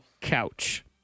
couch